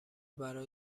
برا